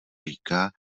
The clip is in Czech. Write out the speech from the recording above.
říká